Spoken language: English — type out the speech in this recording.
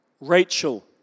Rachel